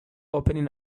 opening